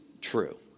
true